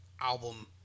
album